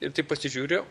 ir taip pasižiūriu